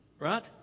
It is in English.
Right